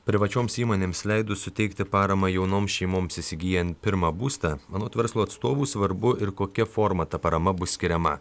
privačioms įmonėms leidus suteikti paramą jaunoms šeimoms įsigyjant pirmą būstą anot verslo atstovų svarbu ir kokia forma ta parama bus skiriama